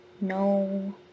No